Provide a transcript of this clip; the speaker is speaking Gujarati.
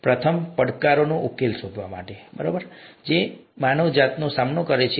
પ્રથમ પડકારોનો ઉકેલ શોધવા માટે જે માનવજાતનો સામનો કરે છે